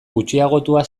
gutxiagotua